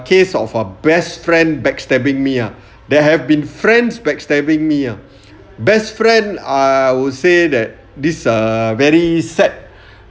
case of a best friend backstabbing me ah there have been friends backstabbing me ah best friend I would say that this err very sad